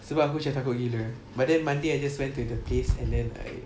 sebab aku macam takut gila but then monday I just went to the place and then I